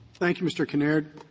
thank you, mr. kinnaird.